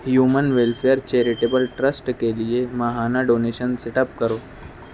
human welfare charitable trust کے لیے ماہانہ ڈونیشن سیٹ اپ کرو